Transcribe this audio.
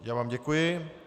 Já vám děkuji.